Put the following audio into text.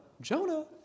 Jonah